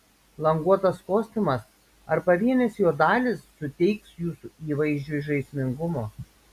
languotas kostiumas ar pavienės jo dalys suteiks jūsų įvaizdžiui žaismingumo